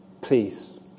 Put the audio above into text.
please